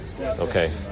Okay